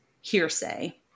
hearsay